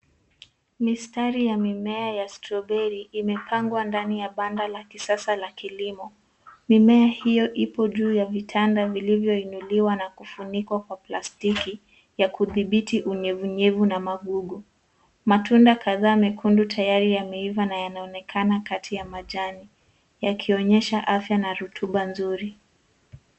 Mistari ya mimea ya strawberry imepangwa ndani ya banda la kisasa la kilimo. Mimea hiyo ipo juu ya vitanda vilivyoinuliwa na kufunikwa kwa plastiki ya kudhibiti unyevu nyevu na magugu. Matunda kadhaa mekundu tayari yameiva na yanaonekana kati ya majani yakionyesha afya na rotuba nzuri.